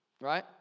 right